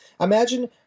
Imagine